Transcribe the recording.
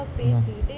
ya